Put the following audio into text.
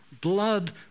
blood